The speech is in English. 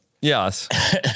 Yes